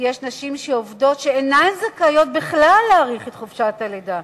כי יש נשים עובדות שאינן זכאיות כלל להאריך את חופשת הלידה.